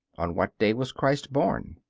on what day was christ born?